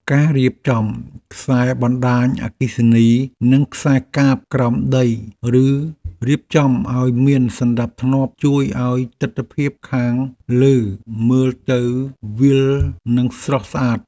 ការរៀបចំខ្សែបណ្តាញអគ្គិសនីនិងខ្សែកាបក្រោមដីឬរៀបចំឱ្យមានសណ្តាប់ធ្នាប់ជួយឱ្យទិដ្ឋភាពខាងលើមើលទៅវាល និងស្រស់ស្អាត។